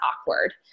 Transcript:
awkward